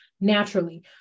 naturally